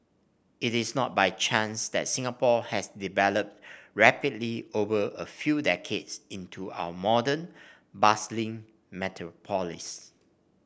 it is not by chance that Singapore has developed rapidly over a few decades into our modern bustling metropolis